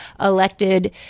elected